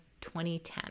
2010